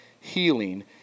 healing